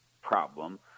problem